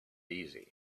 easy